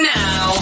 now